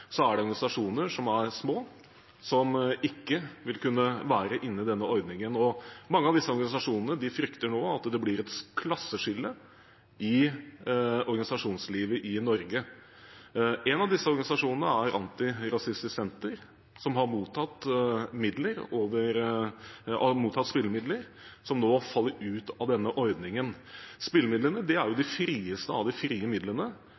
er det organisasjoner som er små, som ikke vil kunne være inne i denne ordningen, og mange av disse organisasjonene frykter nå at det blir et klasseskille i organisasjonslivet i Norge. En av disse organisasjonene er Antirasistisk Senter, som har mottatt spillemidler, men som nå faller ut av denne ordningen. Spillemidlene er de frieste av de frie midlene,